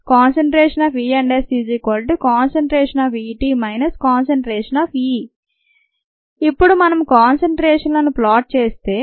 ESEt E ఇప్పుడు మనం కానసన్ట్రేషన్లను ప్లాట్ చేస్తే